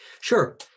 Sure